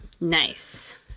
Nice